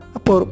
Apo